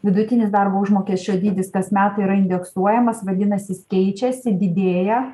vidutinis darbo užmokesčio dydis kas metai yra indeksuojamas vadinasi jis keičiasi didėja